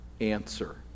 answer